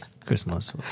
Christmas